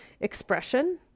expression